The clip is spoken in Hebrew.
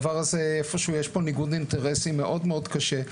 איפה שיש פה ניגוד אינטרסים מאוד קשה,